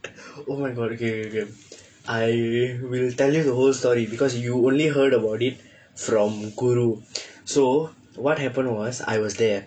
oh my god okay okay okay I will tell you the whole story because you only heard about it from guru so what happened was I was there